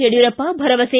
ಯಡಿಯೂರಪ್ಪ ಭರವಸೆ